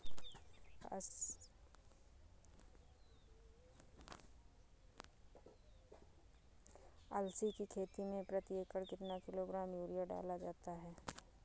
अलसी की खेती में प्रति एकड़ कितना किलोग्राम यूरिया डाला जाता है?